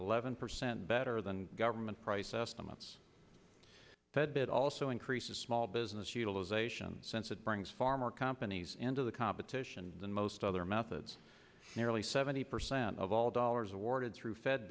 eleven percent better than government price estimates that it also increases small business utilization since it brings far more companies into the competition than most other methods nearly seventy percent of all dollars awarded through fed